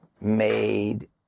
made